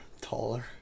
taller